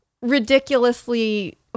ridiculously